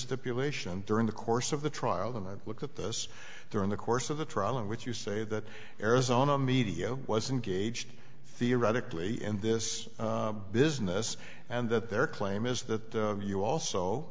stipulation during the course of the trial then i look at this during the course of the trial in which you say that arizona medio was engaged theoretically in this business and that their claim is that you also